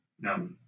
No